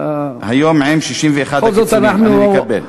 עם 61 הקיצונים, אני מקבל.